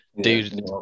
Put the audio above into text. Dude